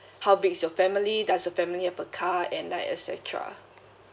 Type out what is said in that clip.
how big is your family does your family have a car and et cetera